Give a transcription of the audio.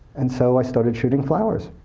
and so i started shooting flowers